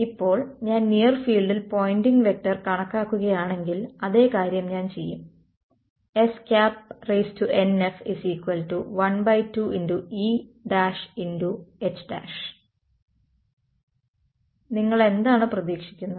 ഇപ്പോൾ ഞാൻ നിയർ ഫീൽഡിൽ പോയിൻറിംഗ് വെക്റ്റർ കണക്കാക്കുകയാണെങ്കിൽ അതേ കാര്യം ഞാൻ ചെയ്യും Snf12EH നിങ്ങൾ എന്താണ് പ്രതീക്ഷിക്കുന്നത്